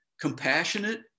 compassionate